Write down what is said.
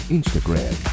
Instagram